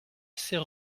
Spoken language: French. c’est